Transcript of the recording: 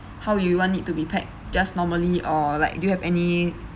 how you want it to be packed just normally or like do you have any